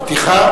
נתיחה?